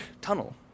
tunnel